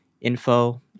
info